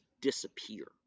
disappear